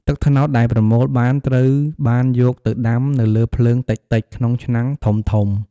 ទឹកត្នោតដែលប្រមូលបានត្រូវបានយកទៅដាំនៅលើភ្លើងតិចៗក្នុងឆ្នាំងធំៗ។